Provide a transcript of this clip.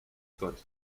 god